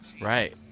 Right